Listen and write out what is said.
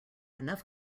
enough